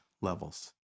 levels